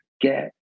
get